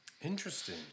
Interesting